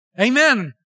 Amen